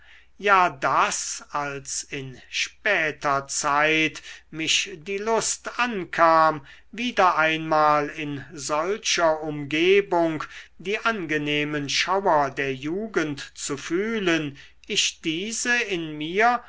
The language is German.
ja daß als in später zeit mich die lust ankam wieder einmal in solcher umgebung die angenehmen schauer der jugend zu fühlen ich diese in mir